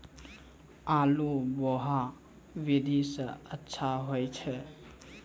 आलु बोहा विधि सै अच्छा होय छै?